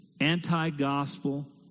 anti-gospel